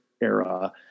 era